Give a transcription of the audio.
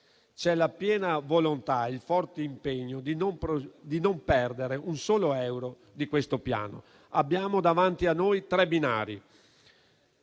C'è la piena volontà e il forte impegno di non perdere un solo euro di questo Piano. Abbiamo davanti a noi tre binari: